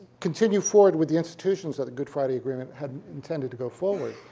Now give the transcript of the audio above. continue forward with the institutions of the good friday agreement had intended to go forward,